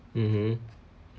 mmhmm